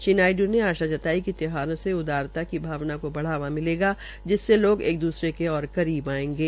श्री नायडू ने आशा जताई कि त्यौहारों से उद्वारता की भावना को बढ़ावा मिलेगा जिससे लोग एक दूसरे के और करीब आयेंगे